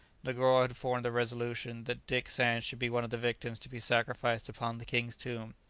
negoro had formed the resolution that dick sands should be one of the victims to be sacrificed upon the king's tomb.